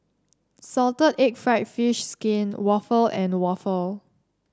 Salted Egg fried fish skin waffle and waffle